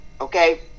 okay